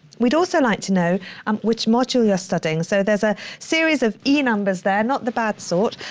we'd also like to know um which module you're studying. so there's a series of e numbers there, not the bad sort.